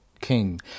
King